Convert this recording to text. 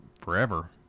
forever